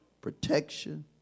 protection